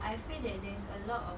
I feel that there's a lot of